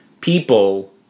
people